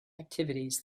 activities